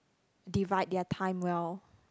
divide their time well